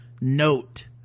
note